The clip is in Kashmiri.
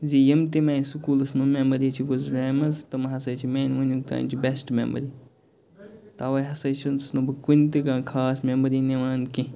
زِ یِم تہِ مےٚ سُکوٗلَس منٛز میمری چھِ گُزریمٕژ تِم ہسا چھِ میٲنہِ وٕنیُک تانۍ چہِ بیسٹ میمری تَوے ہسا چھُس نہٕ بہٕ کُنہِ تہِ کانٛہہ خاص میمری نِوان کینٛہہ